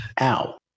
Ow